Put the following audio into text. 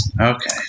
Okay